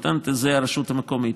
נותנת את זה הרשות המקומית.